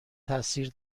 تاثیر